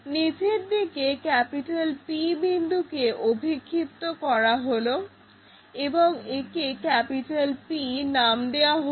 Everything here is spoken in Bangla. নিচের দিকে P বিন্দুকে অভিক্ষিপ্ত করা হলো এবং একে P নাম দেওয়া হল